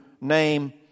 name